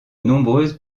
nombreuses